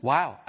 Wow